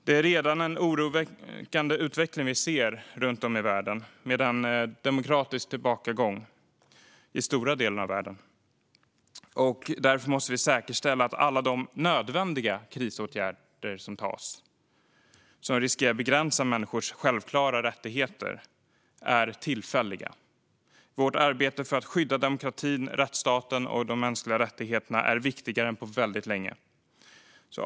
Vi ser redan en oroväckande utveckling i stora delar av världen med en tillbakagång för demokratin. Därför måste vi säkerställa att alla nödvändiga krisåtgärder som vidtas, som riskerar att begränsa människors självklara rättigheter, är tillfälliga. Vårt arbete för att skydda demokratin, rättsstaten och de mänskliga rättigheterna är viktigare än på länge.